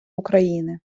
україни